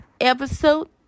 episode